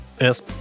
Yes